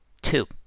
Two